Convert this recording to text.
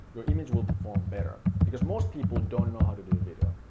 your image will perform better, because most people don't know how to do video.